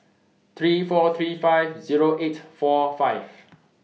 three four three five Zero eight four five